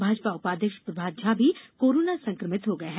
भाजपा उपाध्यक्ष प्रभात झा भी कोरोना संक्रमित हो गये है